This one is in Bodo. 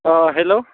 अ हेल्ल'